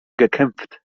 gekämpft